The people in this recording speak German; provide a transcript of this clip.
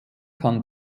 kann